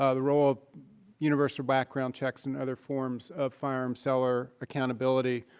ah the role of universal background checks and other forms of firearm seller accountability.